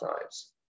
times